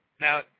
Now